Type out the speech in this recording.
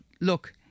look